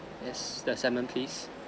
yes the salmon please